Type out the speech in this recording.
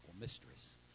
mistress